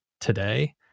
today